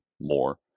more